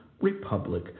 Republic